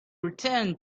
returned